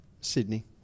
Sydney